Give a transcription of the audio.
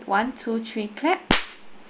one two three clap